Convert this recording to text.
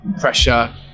pressure